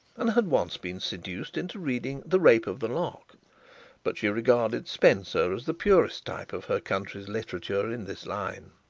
and had once been seduced into reading the rape of the lock but she regarded spenser as the purest type of her country's literature in this line.